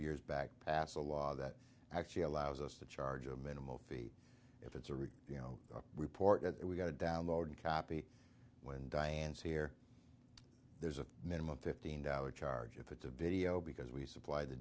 years back pass a law that actually allows us to charge a minimal fee if it's a real you know report that we got to download and copy when diane's here there's a minimum fifteen dollars charge if it's a video because we supply the